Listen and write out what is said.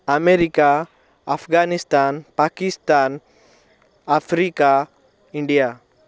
America Afghanistan Pakistan Africa India